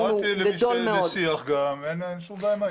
כן, קראתי לשיח גם, אין שום בעיה עם העניין.